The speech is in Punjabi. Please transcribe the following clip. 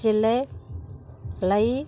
ਜ਼ਿਲ੍ਹੇ ਲਈ